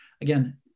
again